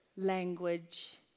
language